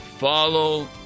Follow